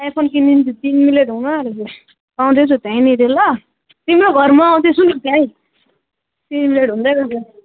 I phone किनिदिन्छु तिन minute हुन आँट्यो त आउँदैछु त्यहीँनेरि ल तिम्रो घर म आउँदैछु नि त्यहीँ तिमीले ढुढँदै गर